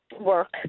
work